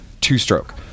two-stroke